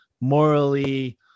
morally